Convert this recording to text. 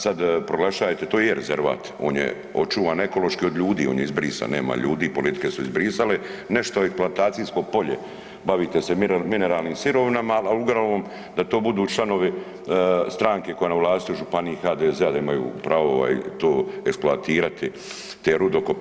Sad proglašajete to je rezervat, on je očuvan ekološki od ljudi, on je izbrisan, nema ljudi, politike su izbrisale, nešto eksploatacijsko polje bavite se mineralnim sirovinama, a uglavnom da to budu članovi stranke koja je vlasti u županiji HDZ-a da imaju pravo ovaj to eksploatirati te rudokope.